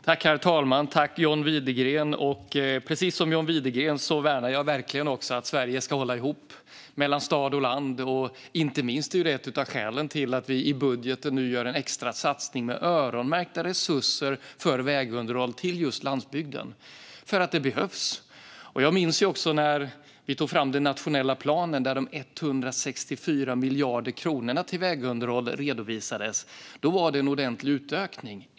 Herr talman! Precis som John Widegren värnar jag verkligen om att Sverige ska hålla ihop mellan stad och land. Det är ett av skälen till att vi i budgeten nu gör en extra satsning med öronmärkta resurser för vägunderhåll till just landsbygden - detta behövs. Jag minns när vi tog fram den nationella planen, där de 164 miljarder kronorna till vägunderhåll redovisades. Då var det en ordentlig utökning.